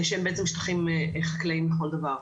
שהם בעצם שטחים חקלאיים לכל דבר.